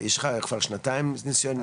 יש לך כבר שנתיים ניסיון,